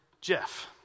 Jeff